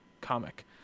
comic